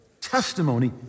testimony